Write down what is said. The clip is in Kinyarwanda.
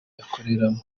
akoreramo